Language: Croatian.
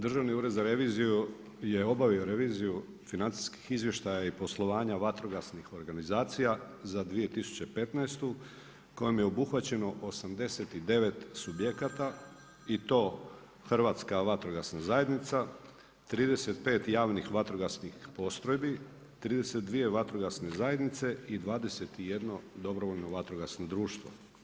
Državni ured za reviziju je obavio reviziju financijskih izvještaja i poslovanja vatrogasnih organizacija za 2015. kojom je obuhvaćeno 89 subjekata i to Hrvatska vatrogasna zajednica, 35 javnih vatrogasnih postrojbi, 32 vatrogasne zajednice i 21 dobrovoljno vatrogasno društvo.